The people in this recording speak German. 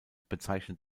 bezeichnet